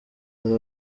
hari